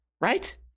right